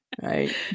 Right